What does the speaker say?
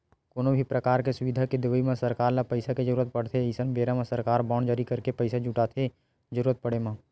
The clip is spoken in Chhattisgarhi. कोनो भी परकार के सुबिधा के देवई म सरकार ल पइसा के जरुरत पड़थे अइसन बेरा म सरकार बांड जारी करके पइसा जुटाथे जरुरत पड़े म